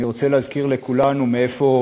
אני רוצה להזכיר לכולנו מאיפה